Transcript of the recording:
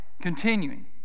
continuing